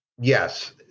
Yes